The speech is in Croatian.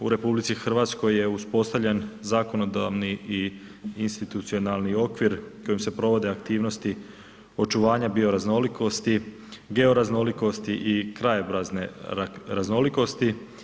U RH je uspostavljen zakonodavni i institucionalni okvir kojim se provode aktivnosti očuvanja bio raznolikosti, georaznolikosti i krajobrazne raznolikosti.